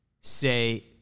say